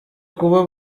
kuba